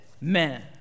man